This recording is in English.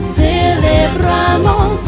celebramos